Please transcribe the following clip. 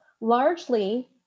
Largely